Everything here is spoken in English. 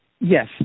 Yes